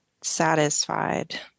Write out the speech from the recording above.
satisfied